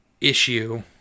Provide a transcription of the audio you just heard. issue